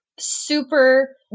super